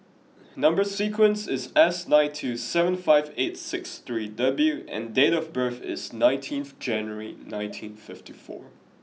number sequence is S nine two seven five eight six three W and date of birth is nineteenth January nineteen fifty four